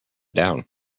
down